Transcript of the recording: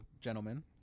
gentlemen